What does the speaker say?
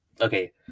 Okay